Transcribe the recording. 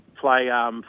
play